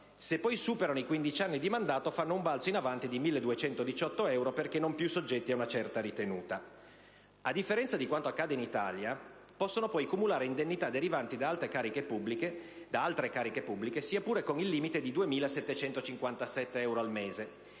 Se poi superano i 15 anni di mandato, fanno un balzo in avanti di 1.218 euro, perché non più soggetti a una certa ritenuta. A differenza di quanto accade in Italia, possono poi cumulare indennità derivanti da altre cariche pubbliche, sia pure con il limite di 2.757 euro al mese.